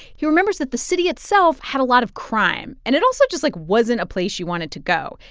he remembers that the city itself had a lot of crime. and it also just, like, wasn't a place you wanted to go.